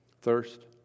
Thirst